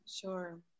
sure